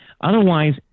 otherwise